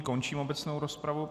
Končím obecnou rozpravu.